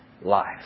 life